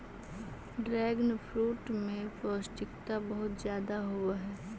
dragon fruit में पौष्टिकता बहुत ज्यादा होवऽ हइ